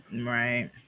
Right